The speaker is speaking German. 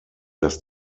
dass